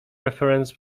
reference